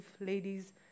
ladies